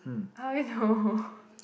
I know